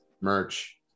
merch